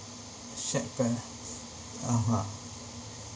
shared pare~ (uh huh)